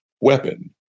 weapon